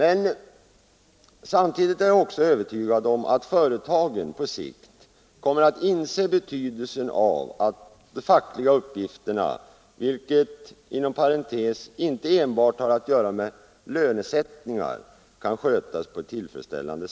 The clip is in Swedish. Samtidigt är jag övertygad om att företagen på sikt kommer att inse betydelsen av att de fackliga uppgifterna — vilka inom parentes sagt inte enbart har att göra med lönesättningar — kan skötas tillfredsställande.